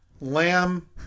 lamb